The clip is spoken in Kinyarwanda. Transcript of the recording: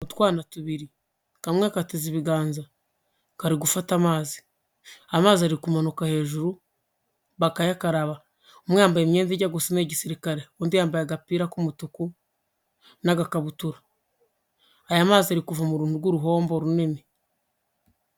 Utwana tubiri, kamwe gateze ibiganza kari gufata amazi, amazi ari kumanuka hejuru bakayakaraba. Umwe yambaye imyenda ijya gusa n’iyi gisirikare, undi yambaye agapira k'umutuku n'agakabutura. Aya mazi ari kuva mu runtu rw’uruhombo runini.